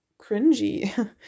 cringy